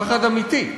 פחד אמיתי,